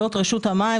זאת רשות המים.